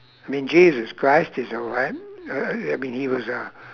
I mean jesus christ is alright uh I I mean he was a